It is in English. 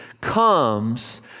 comes